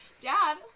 dad